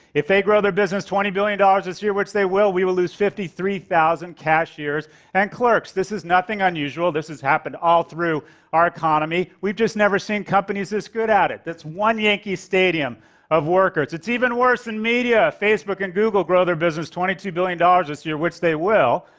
if they grow their business twenty billion dollars this year, which they will, we will lose fifty three thousand cashiers and clerks. this is nothing unusual this has happened all through our economy, we've just never seen companies this good at it. that's one yankee stadium of workers. it's even worse in media. if facebook and google grow their businesses twenty two billion dollars this year, which they will,